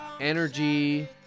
energy